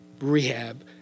rehab